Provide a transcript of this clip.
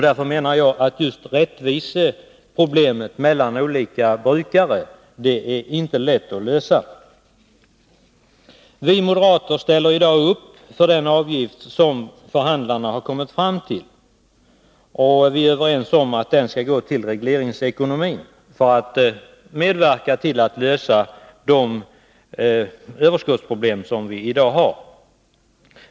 Därför är just problemet med rättvisa mellan olika brukare inte lätt att lösa. Vi moderater ställer i dag upp för den avgift som förhandlarna har kommit fram till, och vi är överens om att den skall gå till regleringsekonomin för att medverka till att lösa de överskottsproblem vi har i dag.